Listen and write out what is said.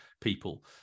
people